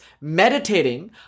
meditating